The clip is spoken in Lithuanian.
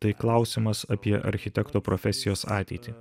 tai klausimas apie architekto profesijos ateitį